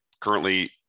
currently